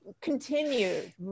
continued